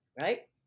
right